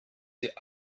die